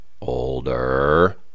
older